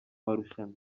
marushanwa